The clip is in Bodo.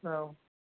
औ